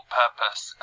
purpose